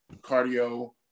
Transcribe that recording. cardio